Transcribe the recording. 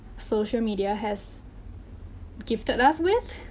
social media has gifted us with.